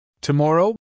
Tomorrow